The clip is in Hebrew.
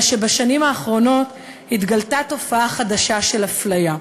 אלא שבשנים האחרונות התגלתה תופעה חדשה של אפליה: